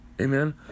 amen